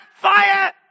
Fire